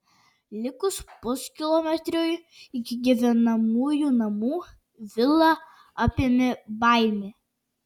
likus puskilometriui iki gyvenamųjų namų vilą apėmė baimė